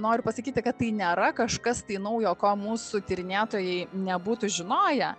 noriu pasakyti kad tai nėra kažkas tai naujo ko mūsų tyrinėtojai nebūtų žinoję